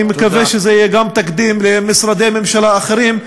אני מקווה שזה יהיה גם תקדים למשרדי ממשלה אחרים.